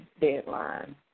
deadline